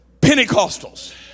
Pentecostals